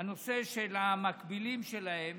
בחוק הנושא של המקבילים שלהם